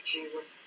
Jesus